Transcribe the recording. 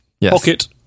pocket